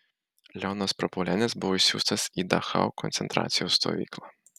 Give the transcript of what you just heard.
leonas prapuolenis buvo išsiųstas į dachau koncentracijos stovyklą